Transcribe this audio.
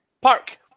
park